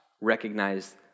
recognize